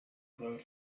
glowed